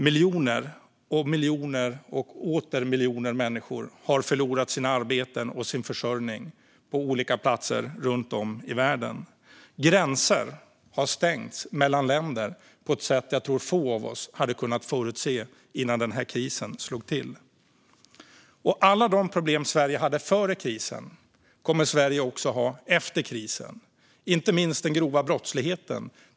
Miljoner och åter miljoner människor har förlorat sina arbeten och sin försörjning på olika platser runt om i världen. Gränser har stängts mellan länder på ett sätt som jag tror att få av oss hade kunnat förutse innan den här krisen slog till. Alla de problem Sverige hade före krisen kommer Sverige också att ha efter krisen, inte minst den grova brottsligheten.